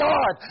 God